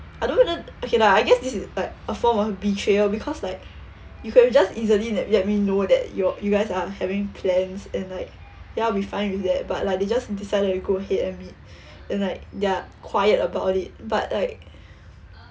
I don't know whether okay lah I guess this is like a form of betrayal because like you could just easily that let me know that your you guys are having plans and like ya I'll be fine with that but like they just decided to go ahead and meet and like they're quiet about it but like